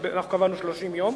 אנחנו קבענו 30 יום,